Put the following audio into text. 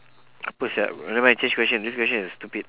apa sia nevermind I change question this question is stupid